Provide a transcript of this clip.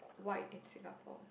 wide in Singapore